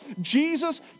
Jesus